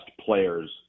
players